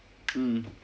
mm